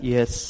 Yes